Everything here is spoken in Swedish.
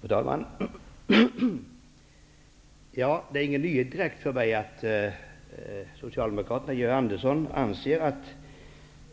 Fru talman! Det är inte direkt någon nyhet för mig att Georg Andersson och Socialdemokraterna anser att